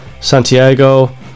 Santiago